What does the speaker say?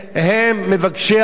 אין שם פליטים.